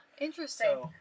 interesting